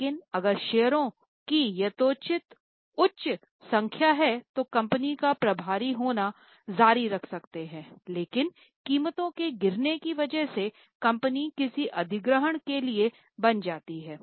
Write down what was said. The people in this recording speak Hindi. लेकिन अगर शेयरों की यथोचित उच्च संख्या है तो वे कंपनी का प्रभारी होना जारी रख सकते हैं लेकिन कीमतों के गिर की वजह से कंपनी किसी अधिग्रहण के लिए बन जाती है